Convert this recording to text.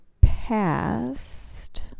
past